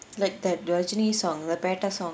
like that rajini song Petta song